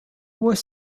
was